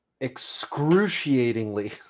excruciatingly